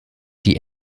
die